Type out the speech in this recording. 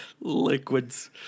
Liquids